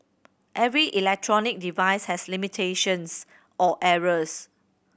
every electronic device has limitations or errors